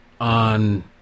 on